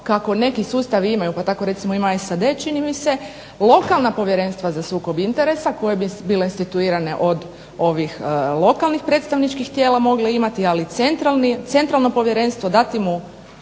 kako neki sustavi imaju pa tako recimo ima SAD čini mi se lokalna povjerenstva za sukob interesa koje bi bile situirane od ovih lokalnih predstavničkih tijela mogle imati, ali centralno povjerenstvo, dati mu